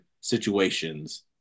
situations